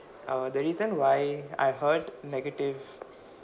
uh the reason why I heard negative